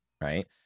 right